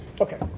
Okay